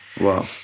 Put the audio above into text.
Wow